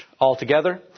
Altogether